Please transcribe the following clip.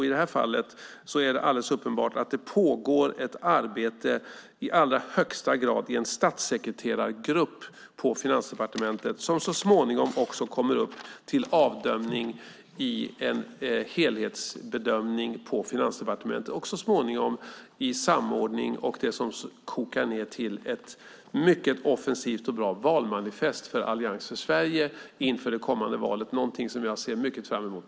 I det här fallet är det alldeles uppenbart att det i allra högsta grad pågår ett arbete i en statssekreterargrupp på Finansdepartementet. Det arbetet kommer så småningom upp för en helhetsbedömning på Finansdepartementet. Så småningom kommer det att koka ned till ett mycket offensivt och bra valmanifest för Allians för Sverige inför det kommande valet. Det är något som jag ser mycket fram emot.